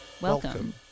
Welcome